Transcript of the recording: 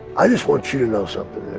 i just want you to know something.